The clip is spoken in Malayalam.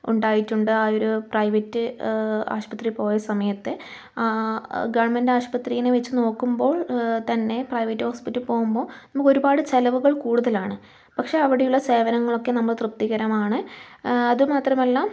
ഉണ്ടായിട്ടുണ്ട് ആ ഒരു പ്രൈവറ്റ് ആശുപത്രിയിൽ പോയ സമയത്ത് ഗവൺമെന്റ് ആശുപത്രിയിനെ വച്ച് നോക്കുമ്പോൾ തന്നെ പ്രൈവറ്റ് ഹോസ്പിറ്റലിൽ പോകുമ്പോൾ നമുക്ക് ഒരുപാട് ചിലവുകൾ കൂടുതലാണ് പക്ഷേ അവിടെയുള്ള സേവനങ്ങൾ ഒക്കെ നമ്മൾ തൃപ്തികരമാണ് അതുമാത്രമല്ല